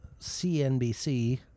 CNBC